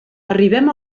arribem